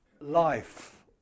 life